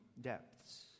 depths